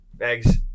Eggs